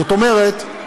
זאת אומרת,